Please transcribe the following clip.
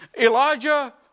Elijah